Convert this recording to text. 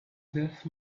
death